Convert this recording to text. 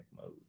mode